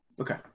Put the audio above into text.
Okay